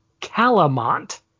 Calamont